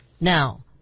now